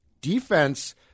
defense